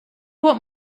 what